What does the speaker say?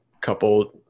couple